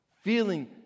feeling